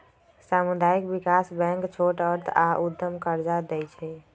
सामुदायिक विकास बैंक छोट अर्थ आऽ उद्यम कर्जा दइ छइ